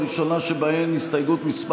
הראשונה שבהן, הסתייגות מס'